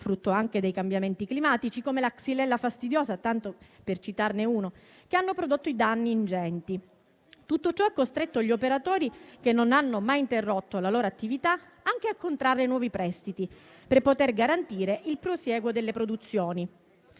frutto anche dei cambiamenti climatici, come la xylella fastidiosa, tanto per citarne uno, che hanno prodotto danni ingenti. Tutto ciò ha costretto gli operatori, che non hanno mai interrotto la loro attività, anche a contrarre nuovi prestiti per poter garantire il prosieguo delle produzioni.